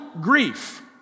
grief